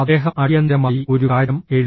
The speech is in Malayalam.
അദ്ദേഹം അടിയന്തിരമായി ഒരു കാര്യം എഴുതി